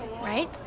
right